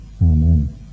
Amen